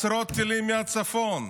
עשרות טילים מהצפון.